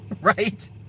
right